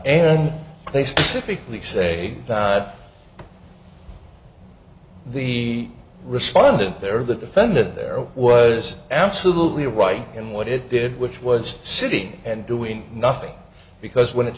and they specifically say that the respondent there the defendant there was absolutely right in what it did which was sitting and doing nothing because when it